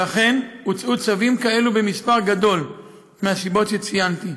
ואכן הוצאו צווים כאלה במספר גדול מהסיבות שציינתי,